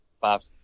five